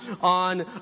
on